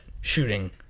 shooting